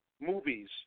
movies